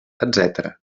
etcètera